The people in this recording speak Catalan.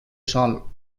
sol